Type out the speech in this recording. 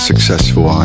Successful